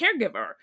caregiver